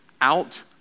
out